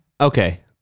okay